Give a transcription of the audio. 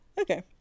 Okay